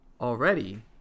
already